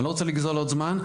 אני לא רוצה לגזול עוד זמן,